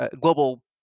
global